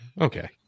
Okay